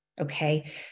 Okay